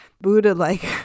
Buddha-like